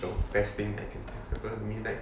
the best thing that can happen to me like